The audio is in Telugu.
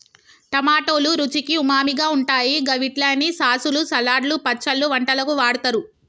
టమాటోలు రుచికి ఉమామిగా ఉంటాయి గవిట్లని సాసులు, సలాడ్లు, పచ్చళ్లు, వంటలకు వాడుతరు